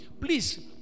please